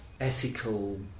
ethical